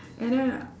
and then